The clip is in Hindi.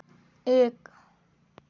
एक